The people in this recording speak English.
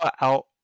out